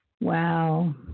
wow